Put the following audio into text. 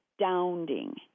astounding